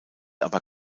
aber